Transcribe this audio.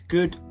Good